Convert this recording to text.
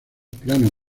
planos